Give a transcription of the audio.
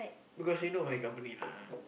because you know my company lah